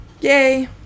yay